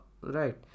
right